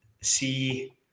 see